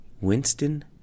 winston